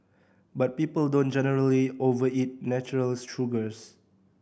but people don't generally overeat natural sugars